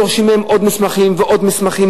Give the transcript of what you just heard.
דורשים מהם עוד מסמכים ועוד מסמכים,